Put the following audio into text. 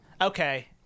Okay